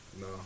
No